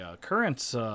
Currents